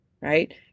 right